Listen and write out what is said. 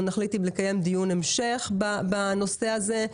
אנחנו נחליט אם לקיים דיון המשך בנושא הזה,